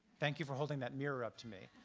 thank you for holding that mirror up to me.